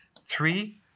three